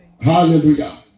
Hallelujah